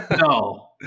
No